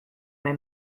may